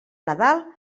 nadal